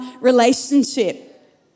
relationship